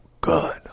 good